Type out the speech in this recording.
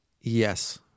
Yes